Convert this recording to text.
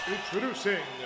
Introducing